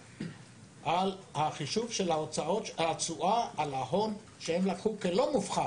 על החישוב של התשואה על ההון שהם לקחו כלא מופחת,